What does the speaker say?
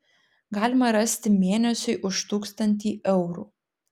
galima rasti mėnesiui už tūkstantį eurų